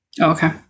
Okay